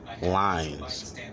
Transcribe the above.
Lines